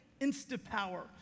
insta-power